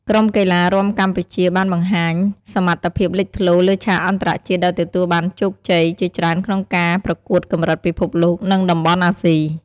ក្រុមកីឡារាំកម្ពុជាបានបង្ហាញសមត្ថភាពលេចធ្លោលើឆាកអន្តរជាតិដោយទទួលបានជោគជ័យជាច្រើនក្នុងការប្រកួតកម្រិតពិភពលោក និងតំបន់អាស៊ី។